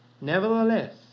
Nevertheless